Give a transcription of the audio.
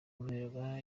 guverinoma